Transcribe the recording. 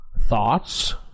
Thoughts